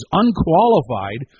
unqualified